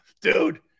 Dude